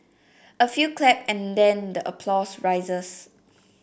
a few clap and then the applause rises